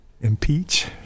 Impeach